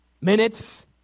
Minutes